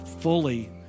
fully